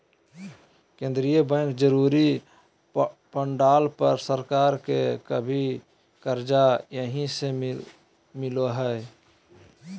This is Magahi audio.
केंद्रीय बैंक जरुरी पड़ला पर सरकार के भी कर्जा यहीं से मिलो हइ